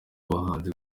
abahanzi